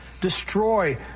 destroy